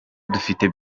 dufite